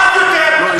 עוד יותר.